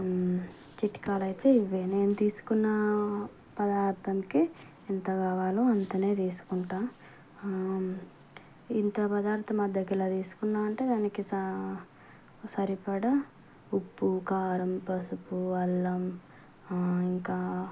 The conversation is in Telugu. చిట్కాలు అయితే ఇవి నేను తీసుకున్న పదార్థానికి ఎంతా కావాలో అంత తీసుకుంటాను ఇంత పదార్థం అర్ధ కిలో తీసుకున్న అంటే దానికి సా సరిపడ ఉప్పు కారం పసుపు అల్లం ఇంకా